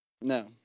No